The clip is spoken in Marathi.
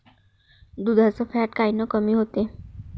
दुधाचं फॅट कायनं कमी होते?